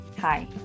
Hi